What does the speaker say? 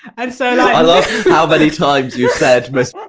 and so like i love how many times you've said ms